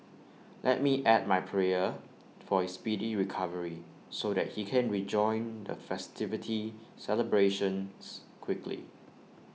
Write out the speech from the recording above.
let me add my prayer for his speedy recovery so that he can rejoin the festivity celebrations quickly